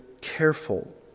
careful